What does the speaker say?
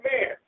man